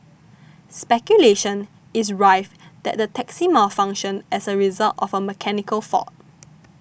speculation is rife that the taxi malfunctioned as a result of a mechanical fault